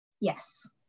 Yes